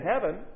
heaven